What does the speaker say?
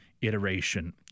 iteration